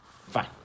Fine